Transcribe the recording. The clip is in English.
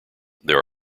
there